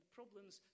problems